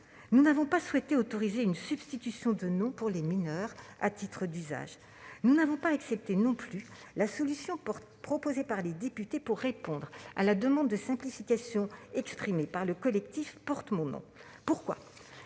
Nous n'avons pas souhaité autoriser une substitution de nom pour les mineurs à titre d'usage. Nous n'avons pas accepté non plus la solution proposée par nos collègues députés pour répondre à la demande de simplification exprimée par le collectif Porte mon nom. Le droit